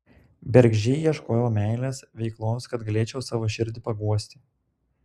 bergždžiai ieškojau meilės veiklos kad galėčiau savo širdį paguosti